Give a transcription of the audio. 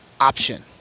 option